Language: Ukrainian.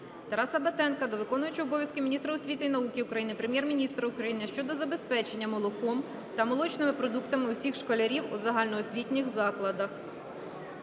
Тараса Батенка до виконувача обов'язків міністра освіти і науки України, Прем'єр-міністра України щодо забезпечення молоком та молочними продуктами усіх школярів у загальноосвітніх закладах.